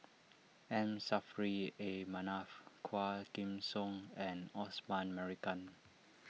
M Saffri A Manaf Quah Kim Song and Osman Merican